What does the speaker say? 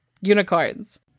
unicorns